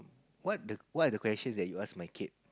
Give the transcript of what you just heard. what the what are the question you asked my kid